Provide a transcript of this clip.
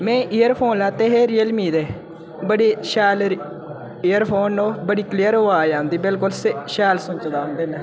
में एअरफोन लैते हे रियल मी दे बड़े शैल एअरफोन न ओ बड़ी क्लियर अवाज आंदी बिलकुल शैल सनोचदा ओह्दे कन्नै